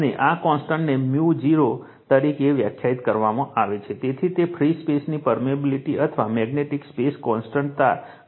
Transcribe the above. અને આ કોન્સટન્ટને 𝜇0 તરીકે વ્યાખ્યાયિત કરવામાં આવે છે તેથી તેને ફ્રી સ્પેસની પરમેબિલિટ અથવા મેગ્નેટિક સ્પેસ કોન્સટન્ટતા કહેવામાં આવે છે